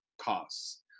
costs